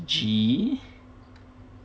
gee